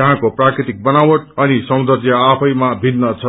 जहाँको प्राकृतिक बनावट अनि सौन्दय आफैमा भिन्न छ